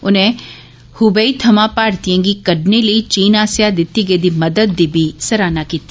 उनें हुबेई थमां भारतीयें गी कड्ढे लेई चीन आस्सेआ दित्ती गेदी मदद दी बी सराहना कीती